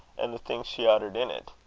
and the things she uttered in it.